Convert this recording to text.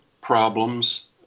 problems